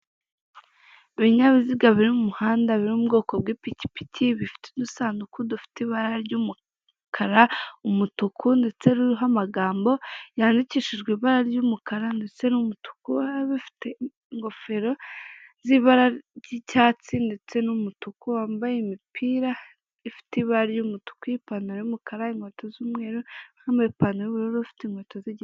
Mu tubari twinshi aho abantu bafite amafaranga yabo menshi bajya kunywera hakunze kuba amakontwari afite amatara yaka mu mabara atandukanye bityo bituma hagaragara neza kandi ku buryo buri muntu wese yakwishimira uburyo aho ahantutu hasa.